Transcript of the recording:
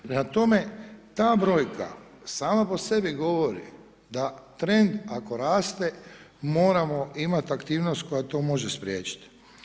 Prema tome, ta brojka sama po sebi govori da trend ako raste moramo imati aktivnost koja to može spriječiti.